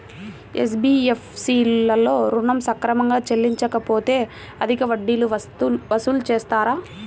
NBFC లలో ఋణం సక్రమంగా చెల్లించలేకపోతె అధిక వడ్డీలు వసూలు చేస్తారా?